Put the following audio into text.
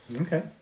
Okay